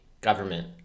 government